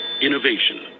Innovation